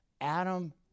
Adam